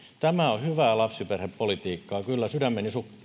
tämä on hyvää lapsiperhepolitiikkaa kyllä sydämeni